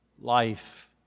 life